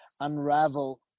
unravel